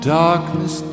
darkness